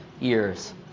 years